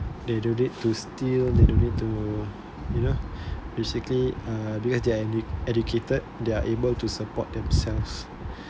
they no need to steal they no need to to you know basically uh because they're edu~ educated they are able to support themselves